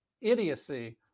idiocy